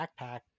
backpack